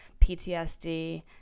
PTSD